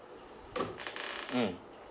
mm